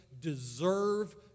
deserve